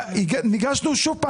ושוב,